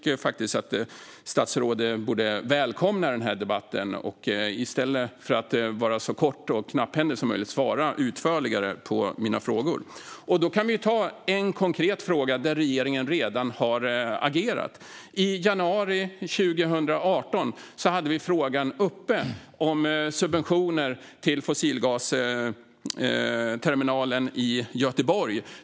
Jag tycker alltså att statsrådet borde välkomna denna debatt och i stället för att vara så kort och knapphändig som möjligt svara utförligare på mina frågor. Vi kan ta en konkret fråga, där regeringen redan har agerat. I januari 2018 hade vi uppe frågan om subventioner till fossilgasterminalen i Göteborg.